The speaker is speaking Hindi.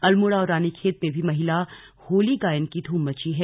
अल्मोड़ा और रानीखेत में भी महिला होली गायन की धूम मची है